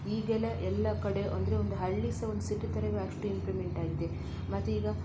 ಈಗೆಲ್ಲ ಎಲ್ಲ ಕಡೆ ಅಂದರೆ ಒಂದು ಹಳ್ಳಿ ಸಹ ಒಂದು ಸಿಟಿ ಥರವೇ ಅಷ್ಟು ಇಂಪ್ರೂವ್ಮೆಂಟ್ ಆಗಿದೆ ಮತ್ತೀಗ